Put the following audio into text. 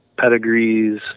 pedigrees